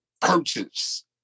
purchase